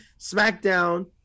smackdown